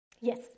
Yes